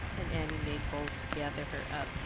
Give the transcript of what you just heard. and annie made bold to gather her up.